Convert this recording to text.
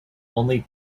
only